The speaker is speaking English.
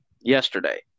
yesterday